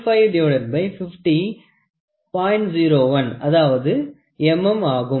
01 அதாவது mm ஆகும்